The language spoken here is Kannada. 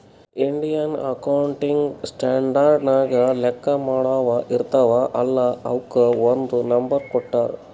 ಇಂಡಿಯನ್ ಅಕೌಂಟಿಂಗ್ ಸ್ಟ್ಯಾಂಡರ್ಡ್ ನಾಗ್ ಲೆಕ್ಕಾ ಮಾಡಾವ್ ಇರ್ತಾವ ಅಲ್ಲಾ ಅವುಕ್ ಒಂದ್ ನಂಬರ್ ಕೊಟ್ಟಾರ್